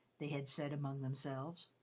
they had said among themselves.